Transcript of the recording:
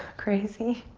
crazy?